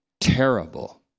terrible